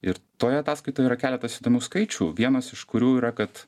ir toj ataskaitoj yra keletas įdomių skaičių vienas iš kurių yra kad